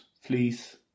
fleece